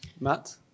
Matt